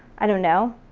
i don't know,